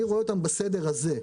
אני רואה אותם בסדר הזה.